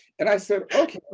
and i said, okay,